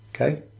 Okay